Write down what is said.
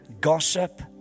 Gossip